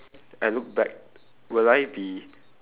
I look back will I be